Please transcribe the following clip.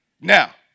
Now